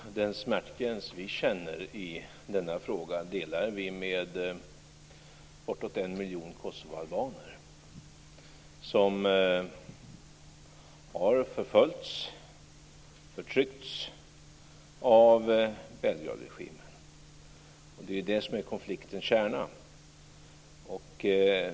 Herr talman! Den smärtgräns vi känner i denna fråga delar vi med bortåt en miljon kosovoalbaner som har förföljts och förtryckts av Belgradregimen. Det är ju det som är konfliktens kärna.